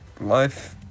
Life